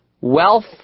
Wealth